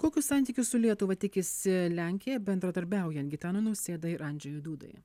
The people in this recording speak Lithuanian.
kokių santykių su lietuva tikisi lenkija bendradarbiaujant gitanui nausėdai ir andžejui dūdai